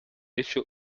issue